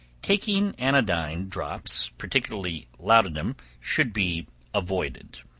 taking anodyne drops, particularly laudanum, should be avoided,